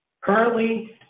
Currently